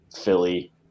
Philly